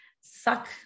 suck